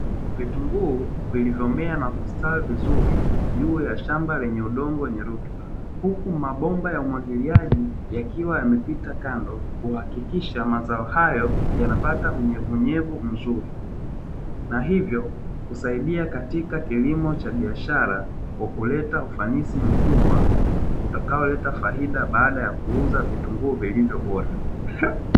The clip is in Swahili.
Vitunguu vilivyomea na kustawi vizuri juu ya shamba lenye udongo wenye rutuba, huku mabomba ya umwagiliaji yakiwa yamepita kando, kuhakikisha mazao hayo yanapata unyevu unyevu mzuri, na hivyokusaidia katika kilimo cha biashara kwa kuleta ufanisi mkubwa utakaoleta faida baada ya kuuza vitunguu vilivyobora.